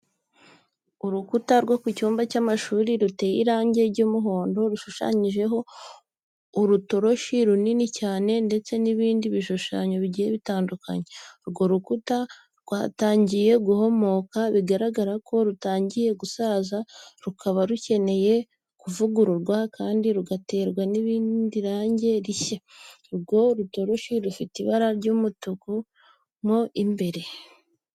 Urukuta rwo ku cyumba cy'amashuri ruteye irangi ry'umuhondo rushushanyijeho urutoroshi runini cyane ndetse n'ibindi bishushanyo bigiye bitandukanye. Urwo rukuta rwatangiye guhomokaho, bigaragara ko rutangiye gusaza rukaba rukeneye kuvugururwa kandi rugaterwa n'irindi rangi rishyashya. Urwo rutoroshi rufite ibara ry'umutuku mo imbere.